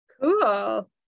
cool